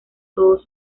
todos